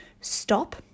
Stop